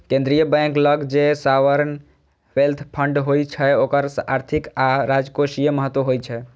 केंद्रीय बैंक लग जे सॉवरेन वेल्थ फंड होइ छै ओकर आर्थिक आ राजकोषीय महत्व होइ छै